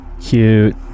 Cute